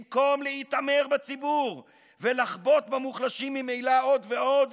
במקום להתעמר בציבור ולחבוט במוחלשים ממילא עוד ועוד